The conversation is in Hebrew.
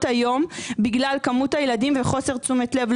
היום בגלל כמות הילדים וחוסר תשומת לב,